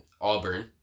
Auburn